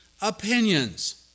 opinions